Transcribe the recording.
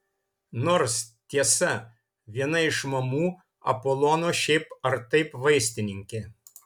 nors tiesa viena iš mamų apolono šiaip ar taip vaistininkė